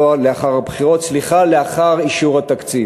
לא לאחר הבחירות, סליחה, לאחר אישור התקציב.